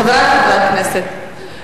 גפני.